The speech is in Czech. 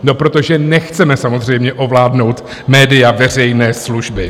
No protože nechceme samozřejmě ovládnout média veřejné služby.